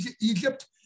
Egypt